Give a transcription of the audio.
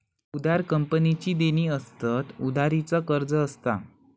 उधार कंपनीची देणी असतत, उधारी चा कर्ज असता